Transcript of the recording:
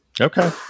Okay